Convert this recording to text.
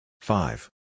Five